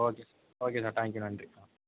okay sir okay sir thank you நன்றி